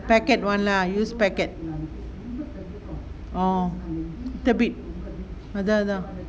packet one lah use packet orh little bit அதா அதா:athaa athaa